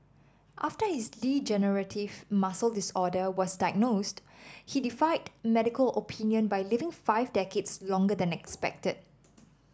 after his degenerative muscle disorder was diagnosed he defied medical opinion by living five decades longer than expected